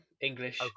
English